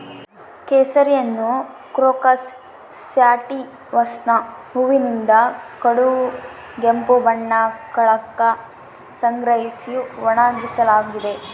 ಕೇಸರಿಯನ್ನುಕ್ರೋಕಸ್ ಸ್ಯಾಟಿವಸ್ನ ಹೂವಿನಿಂದ ಕಡುಗೆಂಪು ಬಣ್ಣದ ಕಳಂಕ ಸಂಗ್ರಹಿಸಿ ಒಣಗಿಸಲಾಗಿದೆ